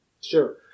Sure